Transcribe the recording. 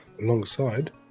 alongside